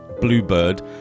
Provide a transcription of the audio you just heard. Bluebird